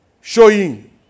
showing